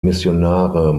missionare